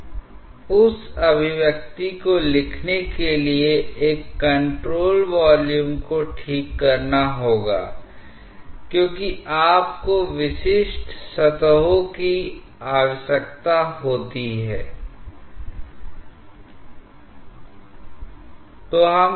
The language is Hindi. तो क्या हम कह सकते हैं कि यह दो बिंदुओं के बीच गतिज ऊर्जा हेड का अंतर है यह ऊपर की धारा रेखा और नीचे की धारा रेखा के लिए समान रहता है क्योंकि इसके अलावा किसी अन्य पद में कोई परिवर्तन नहीं होता हैI यदि यह अनुभाग 1 में लगभग समान है तो यह अनुभाग 2 में और भी बेहतर होगा क्योंकि गैर एकरूपता बहुत कम है